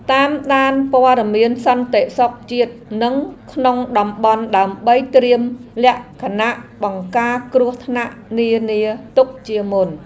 តាមដានព័ត៌មានសន្តិសុខជាតិនិងក្នុងតំបន់ដើម្បីត្រៀមលក្ខណៈបង្ការគ្រោះថ្នាក់នានាទុកជាមុន។